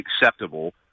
acceptable